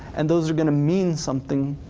and those are gonna mean something